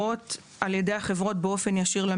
למלווים על ידי החברות באופן ישיר,